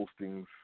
postings